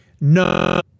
No